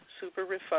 super-refined